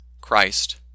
Christ